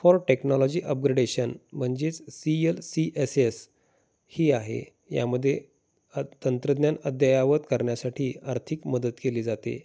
for technology upgradation म्हणजेच C L C S S ही आहे यामध्ये तंत्रज्ञान अद्ययावत करण्यासाठी आर्थिक मदत केली जाते